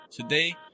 Today